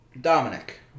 Dominic